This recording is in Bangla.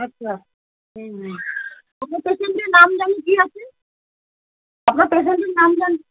আচ্ছা হুম আপনার পেশেন্টের নাম যেন কী আছে আপনার পেশেন্টের নাম যেন